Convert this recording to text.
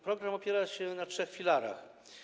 Program opiera się na trzech filarach.